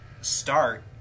start